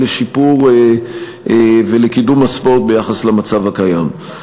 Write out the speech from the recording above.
לשיפור ולקידום הספורט ביחס למצב הקיים.